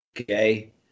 Okay